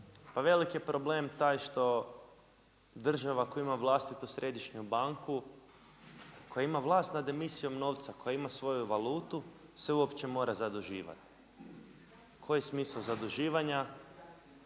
veliki je problem taj što država koja ima vlastitu središnju banku, koja ima vlast nad emisijom novca, koja ima svoju valutu se uopće mora zaduživati. Koji je smisao zaduživanja?